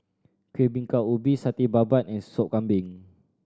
Kuih Bingka Ubi Satay Babat and Soup Kambing